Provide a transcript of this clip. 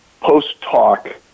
post-talk